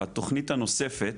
התכנית הנוספת,